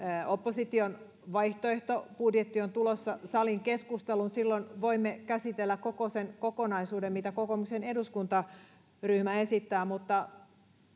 opposition vaihtoehtobudjetti on tulossa saliin keskusteluun silloin voimme käsitellä koko sen kokonaisuuden mitä kokoomuksen eduskuntaryhmä esittää mutta